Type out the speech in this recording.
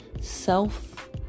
self